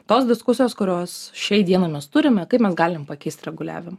tos diskusijos kurios šiai dienai mes turime kaip mes galim pakeist reguliavimą